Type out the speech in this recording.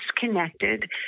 disconnected